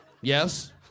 Yes